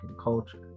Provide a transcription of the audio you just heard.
culture